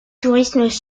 touristes